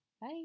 Bye